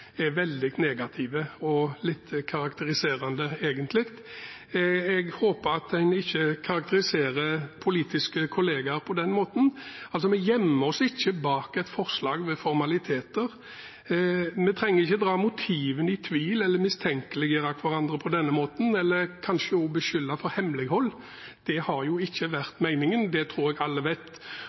er veldig negative og litt karakteriserende. Jeg håper at en ikke karakteriserer politiske kolleger på den måten. Vi gjemmer oss altså ikke bak et forslag med formaliteter. Vi trenger ikke å dra motivene i tvil eller mistenkeliggjøre hverandre på denne måten – eller kanskje også beskylde for hemmelighold. Det har ikke vært meningen. Det tror jeg alle vet.